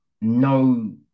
No